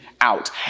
out